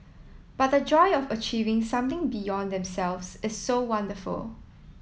but the joy of achieving something beyond themselves is so wonderful